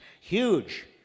Huge